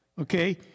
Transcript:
okay